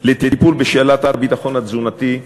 לטיפול בשאלת הביטחון התזונתי,